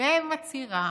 ומצהירה